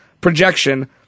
projection